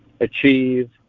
achieve